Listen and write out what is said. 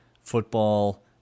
football